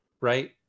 right